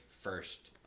first